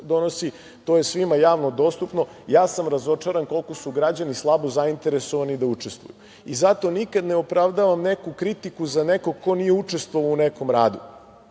to je svima javno dostupno. Ja sam razočaran koliko su građani slabo zainteresovani da učestvuju. Zato nikada ne opravdavam neku kritiku za nekoga ko nije učestvovao u nekom radu.